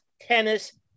tennis